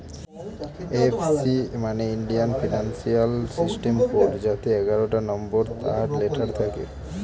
IFC মানে Indian financial system code যাতে এগারোটা নম্বর আর লেটার থাকে